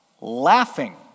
laughing